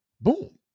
Boom